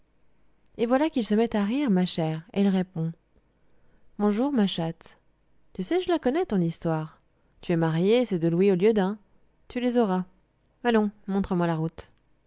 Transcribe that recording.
et voilà qu'il se met à rire ma chère et il répond bonjour ma chatte tu sais je la connais ton histoire tu es mariée c'est deux louis au lieu d'un tu les auras allons montre-moi la route